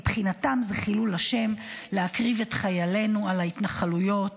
מבחינתם זה חילול השם להקריב את חיילינו --- על ההתנחלויות